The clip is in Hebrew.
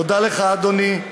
תודה לך, אדוני.